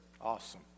Awesome